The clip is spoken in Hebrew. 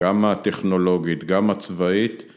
‫גם הטכנולוגית, גם הצבאית.